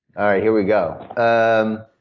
all right, here we go. um